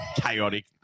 chaotic